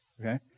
Okay